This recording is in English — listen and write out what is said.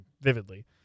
vividly